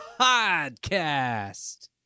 podcast